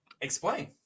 Explain